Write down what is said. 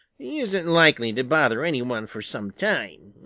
he isn't likely to bother any one for some time.